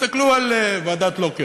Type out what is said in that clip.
תסתכלו על ועדת לוקר,